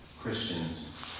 Christians